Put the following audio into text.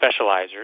specializers